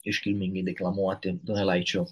iškilmingai deklamuoti donelaičio